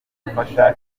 gufasha